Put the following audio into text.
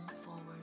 forward